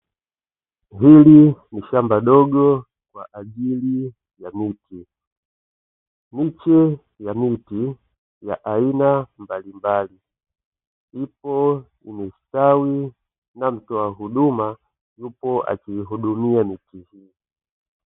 Hili ni shamba dogo kwa ajili ya miti, miche ya miti ya aina mbalimbali ipo imestawi na mtoa huduma yupo akiihudumia miti hiyo.